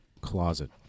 closet